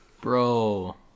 Bro